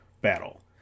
battle